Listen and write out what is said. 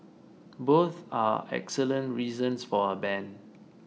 both are excellent reasons for a ban